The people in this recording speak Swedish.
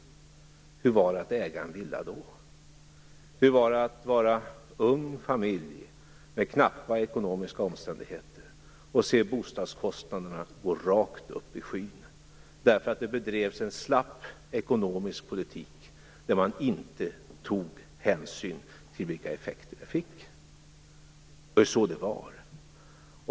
Hur var det att äga en villa då? Hur var det att vara ung familj med knappa ekonomiska omständigheter och se bostadskostnaderna gå rakt upp i skyn därför att det bedrevs en slapp ekonomisk politik där man inte tog hänsyn till effekterna? Det var så det var.